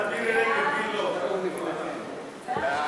ההצעה להעביר את הצעת חוק הבנקאות (שירות ללקוח) (תיקון,